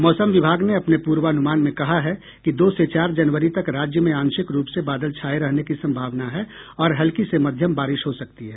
मौसम विभाग ने अपने पूर्वानुमान में कहा है कि दो से चार जनवरी तक राज्य में आंशिक रूप से बादल छाये रहने की सम्भावना है और हल्की से मध्यम बारिश हो सकती है